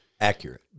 Accurate